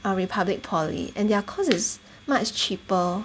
err republic poly and their course is much cheaper